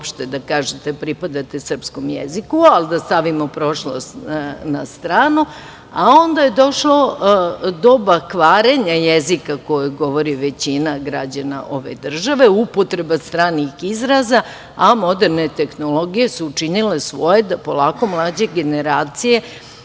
da kažete da pripadate srpskom jeziku, ali da stavimo prošlost na stranu, a onda je došlo doba kvarenja jezika koji govori većina građana ove države, upotreba stranih izraza, a moderne tehnologije su učinile svoje da polako mlađe generacije,